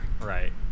Right